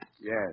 Yes